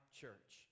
church